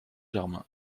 germains